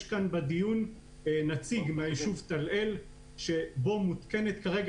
יש כאן בדיון נציג מהישוב טל-אל שבו מותקנת כרגע